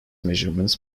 measurements